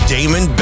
Damon